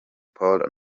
paul